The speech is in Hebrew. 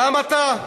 גם אתה.